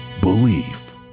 belief